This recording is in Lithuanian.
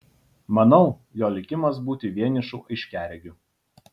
manau jo likimas būti vienišu aiškiaregiu